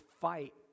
fight